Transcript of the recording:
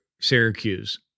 Syracuse